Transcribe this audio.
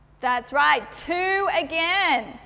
that's right two again,